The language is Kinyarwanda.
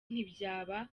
ntibyaba